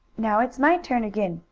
now it's my turn again!